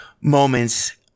moments